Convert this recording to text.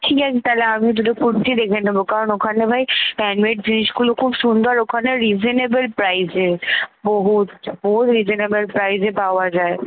ঠিক আছে তাহলে আমি দুটো কুর্তি দেখে নেবো কারণ ওখানে ভাই হ্যান্ডমেড জিনিসগুলো খুব সুন্দর ওখানে রিজেনেবেল প্রাইসে বহুত বহুত রিজেনেবেল প্রাইসে পাওয়া যায়